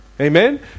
Amen